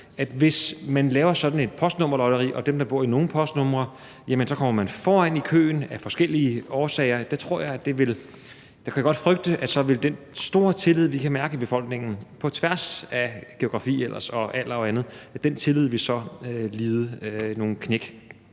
Men hvis man laver sådan et postnummerlotteri, hvor dem, der bor i visse postnumre, kommer foran i køen af forskellige årsager, kan jeg godt frygte, at den store tillid, vi kan mærke i befolkningen på tværs af geografi, alder og andet, vil lide nogle knæk.